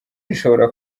rishobora